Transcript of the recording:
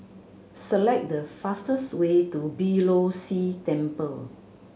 select the fastest way to Beeh Low See Temple